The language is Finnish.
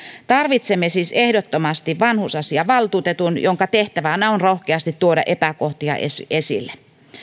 tarvitsemme siis ehdottomasti vanhusasiavaltuutetun jonka tehtävänä on rohkeasti tuoda epäkohtia esille esille